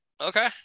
Okay